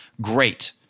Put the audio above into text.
great